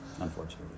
Unfortunately